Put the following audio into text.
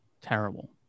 terrible